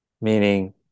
Meaning